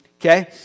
okay